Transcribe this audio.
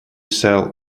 sell